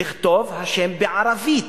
לכתוב את השם בערבית,